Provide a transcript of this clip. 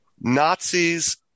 Nazis